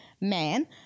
man